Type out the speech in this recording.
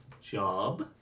job